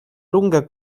lunga